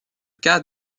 cas